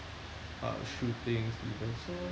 uh shootings even so